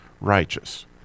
righteous